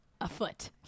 afoot